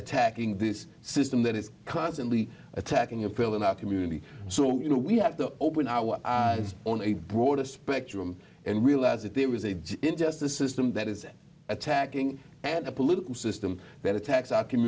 attacking this system that is constantly attacking and killing our community so you know we have to open our eyes on a broader spectrum and realize that there was a justice system that is attacking and a political system that attacks